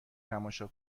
تماشا